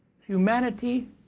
humanity